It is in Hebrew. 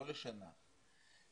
לא לשנה,